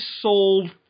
sold